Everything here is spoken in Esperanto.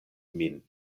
min